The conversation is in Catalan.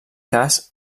cas